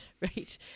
right